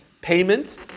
payment